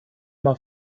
mal